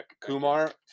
Kumar